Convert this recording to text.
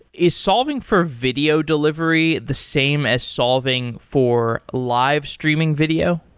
is solving for video delivery the same as solving for live streaming video?